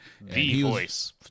voice